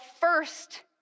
first